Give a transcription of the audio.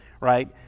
right